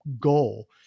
goal